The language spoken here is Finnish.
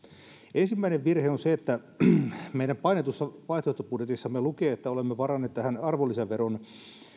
ensimmäinen virhe on se että meidän painetussa vaihtoehtobudjetissamme lukee että olemme varanneet arvonlisäveron